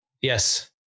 Yes